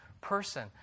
person